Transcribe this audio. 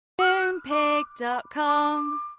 MoonPig.com